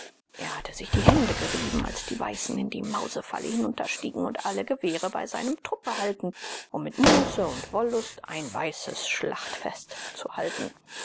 er hatte sich die hände gerieben als die weißen in die mausefalle hinunterstiegen und alle gewehre bei seinem trupp behalten um mit muße und wollust ein weißes schlachtfest zu halten